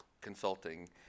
consulting